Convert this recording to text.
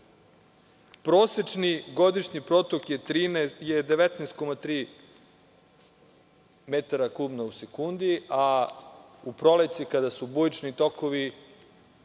Prosečni godišnji protok je 19,3 metara kubnih u sekundi, a u proleće kada su bujični tokovi,